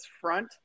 front